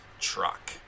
truck